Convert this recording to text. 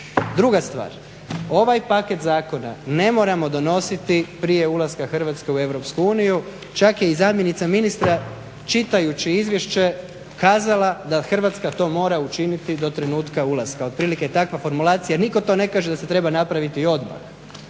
Druga stvar, ovaj paket zakona ne moramo donositi prije ulaska Hrvatske u EU. Čak je i zamjenica ministra čitajući izvješće kazala da Hrvatska to mora učiniti do trenutka ulaska, otprilike takva formulacija jer nitko to ne kaže da se to mora napraviti odmah.